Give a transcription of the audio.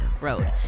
Road